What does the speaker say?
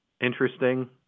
interesting